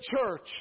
church